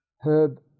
Herb